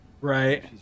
Right